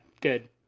Good